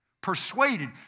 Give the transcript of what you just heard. Persuaded